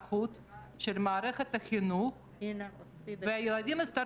שידאג לאינטרס של האנשים ואנחנו נשב כאן